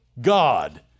God